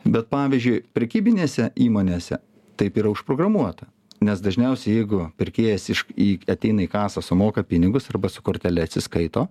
bet pavyzdžiui prekybinėse įmonėse taip yra užprogramuota nes dažniausiai jeigu pirkėjas iš į ateina į kasą sumoka pinigus arba su kortele atsiskaito